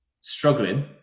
struggling